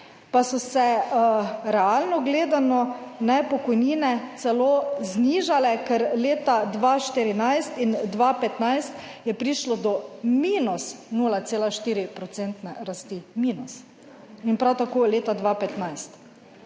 pa so se realno gledano pokojnine celo znižale, ker leta 2014-2015 je prišlo do minus 0,4 procentne rasti, minus in prav tako leta 2015.